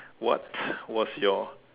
what was your